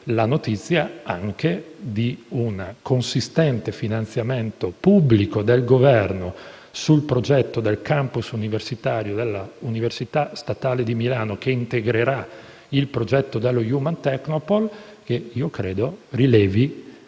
la notizia di una consistente finanziamento pubblico del Governo sul progetto del *campus* universitario dell'Università statale di Milano che integrerà il progetto dello Human technopole, che credo rilevi